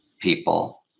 people